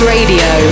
Radio